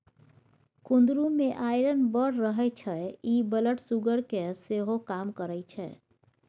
कुंदरु मे आइरन बड़ रहय छै इ ब्लड सुगर केँ सेहो कम करय छै